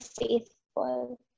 faithful